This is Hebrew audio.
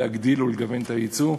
ולהגדיל ולגוון את היצוא.